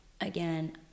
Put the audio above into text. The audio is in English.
again